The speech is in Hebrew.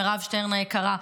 מירב שטרן היקרה,